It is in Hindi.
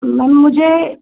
मैम मुझे